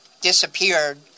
disappeared